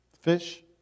fish